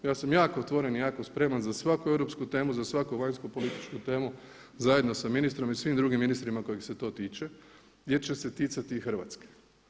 Ja sam jako otvoren i jako spreman za svaku europsku temu, za svaku vanjsko političku temu, zajedno sa ministrom i svim drugim ministrima kojih se to tiče jer će se ticati i Hrvatske.